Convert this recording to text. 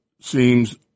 seems